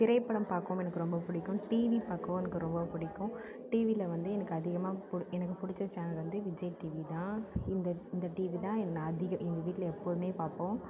திரைப்படம் பார்க்கவும் எனக்கு ரொம்ப பிடிக்கும் டீவி பார்க்கவும் எனக்கு ரொம்ப பிடிக்கும் டீவியில் வந்து எனக்கு அதிகமாக எனக்கு பிடிச்ச சேனல் வந்து விஜய் டீவிதான் இந்த இந்த டீவி தான் நான் அதிகம் எங்கள் வீட்டில் எப்போதும் பார்ப்போம்